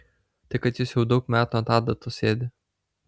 tai kad jis jau daug metų ant adatos sėdi